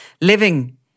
living